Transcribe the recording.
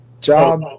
Job